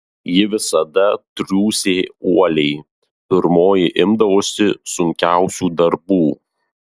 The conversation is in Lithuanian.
ji visada triūsė uoliai pirmoji imdavosi sunkiausių darbų